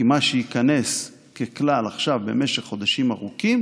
כי מה שייכנס ככלל עכשיו במשך חודשים ארוכים